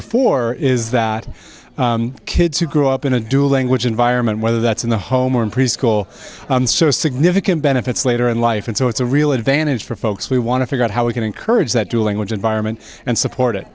before is that kids who grew up in a dual language environment whether that's in the home or in preschool or significant benefits later in life and so it's a real advantage for folks we want to figure out how we can encourage that to language environment and support it